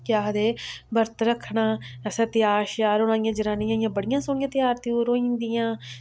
केह् आखदे बरत रक्खना असें त्यार शेआर होना इ'यां जनानियां इ'यां बड़ियां सौह्नियां त्यार तयुर होई जंदियां